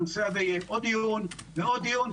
הנושא הזה יהיה עוד דיון ועוד דיון,